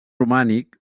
romànic